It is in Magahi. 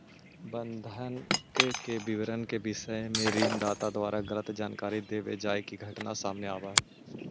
बंधक के विवरण के विषय में ऋण दाता द्वारा गलत जानकारी देवे जाए के घटना सामने आवऽ हइ